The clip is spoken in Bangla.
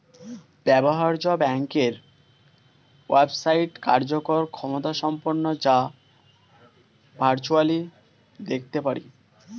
ব্যবহার্য ব্যাংকের ওয়েবসাইট কার্যকর ক্ষমতাসম্পন্ন যা ভার্চুয়ালি দেখতে পারি